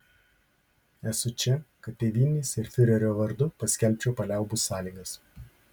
esu čia kad tėvynės ir fiurerio vardu paskelbčiau paliaubų sąlygas